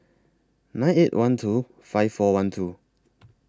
nine eight one two five four one two